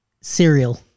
Cereal